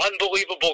unbelievable